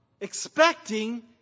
expecting